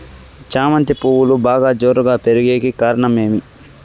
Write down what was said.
చామంతి పువ్వులు బాగా జోరుగా పెరిగేకి కారణం ఏమి?